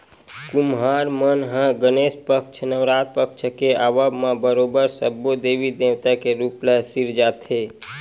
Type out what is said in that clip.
कुम्हार मन ह गनेस पक्छ, नवरात पक्छ के आवब म बरोबर सब्बो देवी देवता के रुप ल सिरजाथे